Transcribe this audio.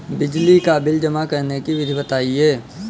बिजली का बिल जमा करने की विधि बताइए?